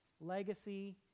legacy